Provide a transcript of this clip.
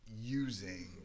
using